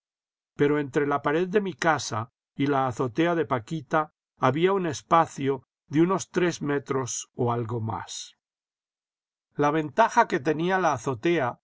pero entre la pared de mi caa y la azotea de paquita había un espacio de unos tres metros o algo más la ventaja que tenía la azotea